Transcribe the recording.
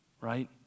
right